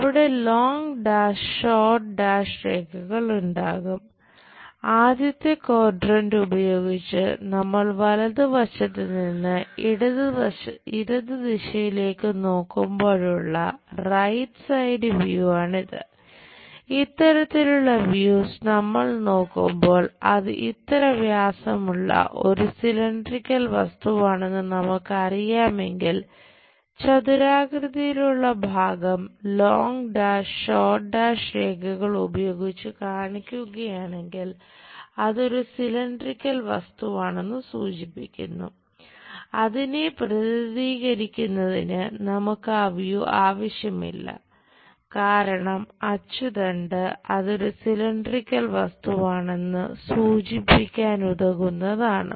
അവിടെ long dash വസ്തുവാണെന്ന് സൂചിപ്പിക്കാനുതകുന്നതാണ്